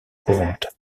courante